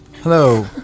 Hello